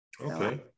Okay